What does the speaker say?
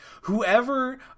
whoever